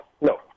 no